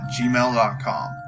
gmail.com